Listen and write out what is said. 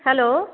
hello